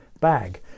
bag